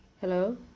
Hello